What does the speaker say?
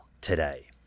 today